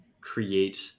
create